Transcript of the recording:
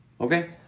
Okay